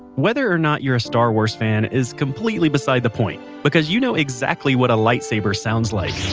whether or not you're a star wars fan, is completely beside the point, because you know exactly what a lightsaber sounds like,